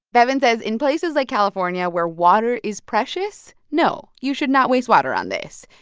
bevin says in places like california where water is precious, no, you should not waste water on this.